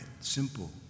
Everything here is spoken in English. simple